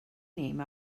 name